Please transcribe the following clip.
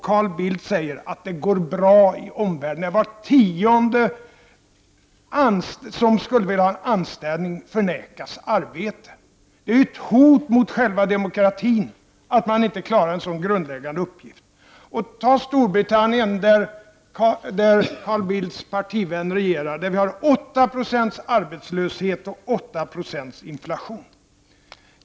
Carl Bildt säger att det går bra i omvärlden, när var tionde person som vill ha en anställning förnekas en sådan. Det är ett hot mot själva demokratin att inte klara en sådan grundläggande uppgift. I Storbritannien, där Carl Bildts partivänner regerar, har man 8 Yo arbetslöshet och 8 2 inflation.